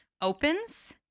opens